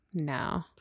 No